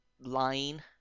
line